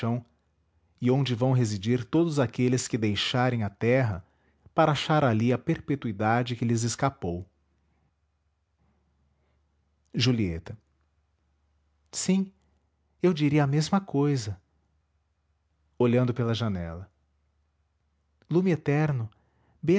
e onde vão residir todos aqueles que deixarem a terra para achar ali a perpetuidade que lhes escapou julieta sim eu diria a mesma cousa olhando pela janela lume eterno